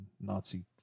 Nazi